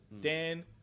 Dan